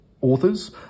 authors